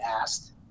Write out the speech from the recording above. asked